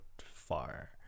far